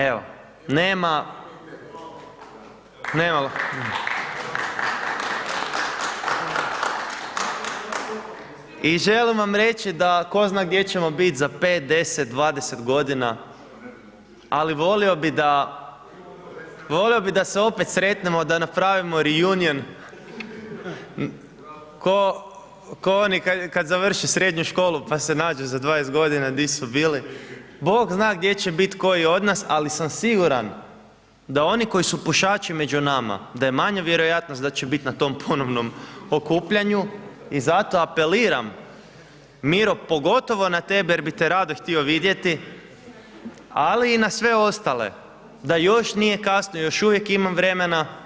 Evo, nema … I želim vam reći da tko zna gdje ćemo bit za pet, deset, dvadeset godina, ali volio bi da, volio bi da se opet sretnemo, da napravimo reunion, k'o oni kad završe srednju školu pa se nađu za 20 godina di su bili, bog zna gdje će biti koji od nas, ali sam siguran da oni koji su pušači među nama, da je manja vjerojatnost da će bit na tom ponovnom okupljanju, i zato apeliram, Miro pogotovo na tebe jer bi te rado htio vidjeti, ali i na sve ostale, da još nije kasno, još uvijek imam vremena.